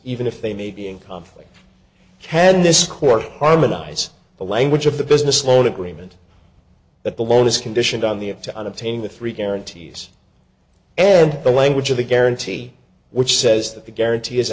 even if they may be in conflict can this court harmonize the language of the business loan agreement that the loan is conditioned on the of to on obtaining the three guarantees and the language of the guarantee which says that the guarantee is